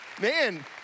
Man